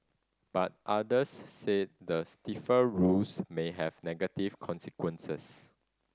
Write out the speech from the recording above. but others said the stiffer rules may have negative consequences